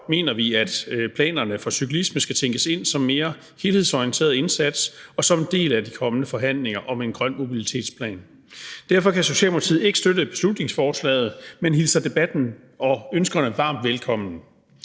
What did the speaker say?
mener vi, at planerne for cyklisme skal tænkes ind som en mere helhedsorienteret indsats og som en del af de kommende forhandlinger om en grøn mobilitetsplan. Derfor kan Socialdemokratiet ikke støtte beslutningsforslaget, men vi hilser debatten og ønskerne varmt velkommen.